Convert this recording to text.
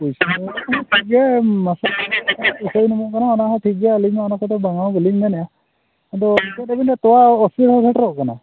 ᱯᱩᱭᱥᱟᱹ ᱦᱚᱸ ᱴᱷᱤᱠ ᱜᱮᱭᱟ ᱢᱟᱥᱮ ᱚᱱᱟᱦᱚᱸ ᱴᱷᱤᱠ ᱜᱮᱭᱟ ᱟᱹᱞᱤᱧ ᱦᱚᱸ ᱚᱱᱟ ᱠᱚᱛᱮ ᱫᱚᱦᱚ ᱜᱮᱞᱤᱧ ᱢᱮᱱᱮᱫᱼᱟ ᱟᱫᱚ ᱢᱩᱪᱟᱹᱫ ᱫᱷᱟᱹᱵᱤᱡ ᱛᱳᱣᱟ ᱠᱟᱱᱟ